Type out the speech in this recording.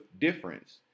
difference